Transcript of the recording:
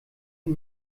und